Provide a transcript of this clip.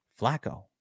Flacco